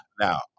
Now